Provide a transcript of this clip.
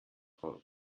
holz